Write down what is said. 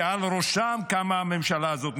שעל ראשם קמה הממשל הזאת,